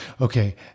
Okay